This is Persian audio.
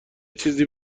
چیزی